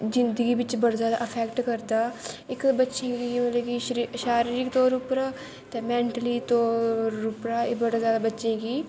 जिन्दगी बिच्च बड़ा जादा इफैक्ट करदा इक ते बच्चें गी मतलव शारिरीक तौर उप्पर ते मैंन्टली तौर उप्पर एह् बौह्त जादा बच्चें गी